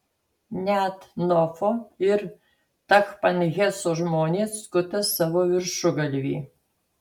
net nofo ir tachpanheso žmonės skuta savo viršugalvį